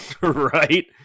right